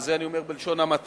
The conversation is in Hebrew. וזה אני אומר בלשון המעטה,